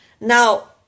Now